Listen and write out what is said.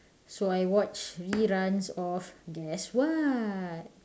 so I watch reruns of guess what